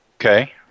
Okay